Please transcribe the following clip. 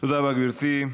תודה רבה, גברתי.